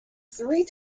three